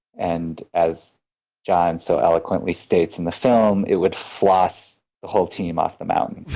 and as john so eloquently states in the film, it would floss the whole team off the mountain.